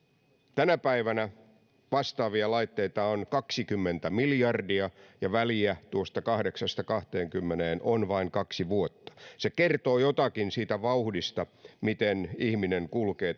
tänä päivänä vastaavia laitteita on kaksikymmentä miljardia ja väliä tuosta kahdeksasta kahteenkymmeneen on vain kaksi vuotta se kertoo jotakin siitä vauhdista miten ihminen kulkee